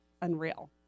unreal